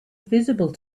visible